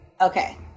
okay